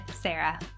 Sarah